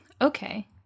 Okay